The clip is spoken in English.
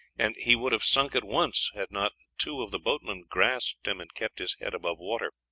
and he would have sunk at once had not two of the boatmen grasped him and kept his head above water.